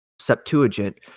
Septuagint